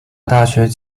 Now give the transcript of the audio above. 大学